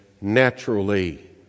naturally